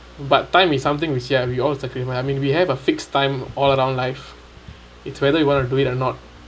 but time is something which ya we all sacrifice I mean we have a fixed time all around life it's whether you want to do it or not